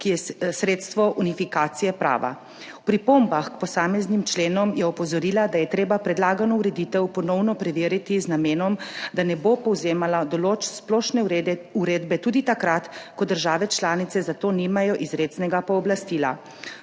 ki je sredstvo unifikacije prava. V pripombah k posameznim členom je opozorila, da je treba predlagano ureditev ponovno preveriti z namenom, da ne bo povzemala določb splošne uredbe tudi takrat, ko države članice za to nimajo izrecnega pooblastila.